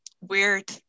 weird